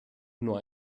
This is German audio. nur